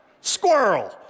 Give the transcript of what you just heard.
squirrel